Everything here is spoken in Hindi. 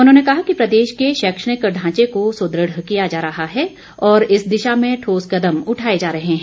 उन्होंने कहा कि प्रदेश के शैक्षणिक ढांचे को सुदृढ़ किया जा रहा है और इस दिशा में ठोस कदम उठाए जा रहे हैं